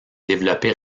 développée